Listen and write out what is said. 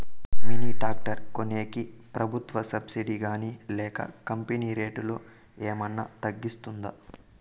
Mini tractor కొనేకి ప్రభుత్వ subsidy గాని లేక కంపెని రేటులో ఏమన్నా తగ్గిస్తుందా?